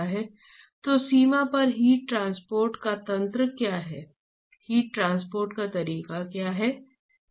इसलिए यदि आप औसत हीट ट्रांसपोर्ट गुणांक जानते हैं तो आपका काम हो गया